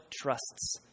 trusts